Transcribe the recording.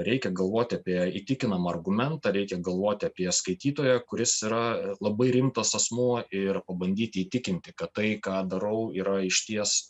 reikia galvoti apie įtikinamą argumentą reikia galvoti apie skaitytoją kuris yra labai rimtas asmuo ir pabandyti įtikinti kad tai ką darau yra išties